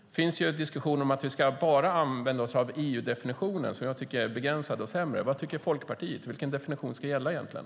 Det finns en diskussion om att vi bara ska använda oss av EU-definitionen, som jag tycker är begränsad och sämre. Vad tycker Folkpartiet? Vilken definition ska gälla egentligen?